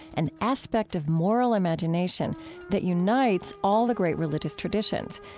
an aspect of moral imagination that unites all the great religious traditions.